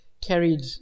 carried